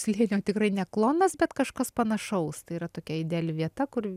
slėnio tikrai ne klonas bet kažkas panašaus tai yra tokia ideali vieta kur